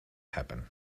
happen